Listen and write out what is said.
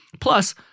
Plus